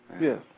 Yes